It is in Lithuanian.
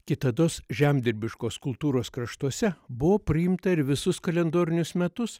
kitados žemdirbiškos kultūros kraštuose buvo priimta ir visus kalendorinius metus